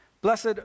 Blessed